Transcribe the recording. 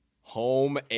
Home